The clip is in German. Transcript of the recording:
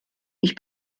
ich